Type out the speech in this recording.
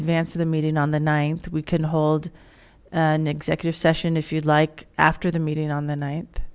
advance of the meeting on the ninth we can hold an executive session if you'd like after the meeting on the night